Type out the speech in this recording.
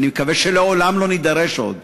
ואני מקווה שלעולם לא נידרש עוד.